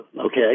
okay